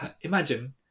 imagine